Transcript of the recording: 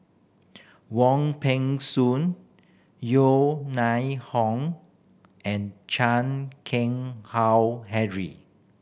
Wong Peng Soon Yeo Hong and Chan Keng Howe Harry